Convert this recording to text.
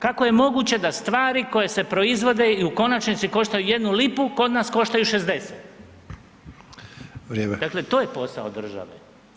Kako je moguće da stvari koje se proizvode i u konačnici koštaju jednu lipu kod nas koštaju 60? [[Upadica Sanader: Vrijeme.]] Dakle to je posao države.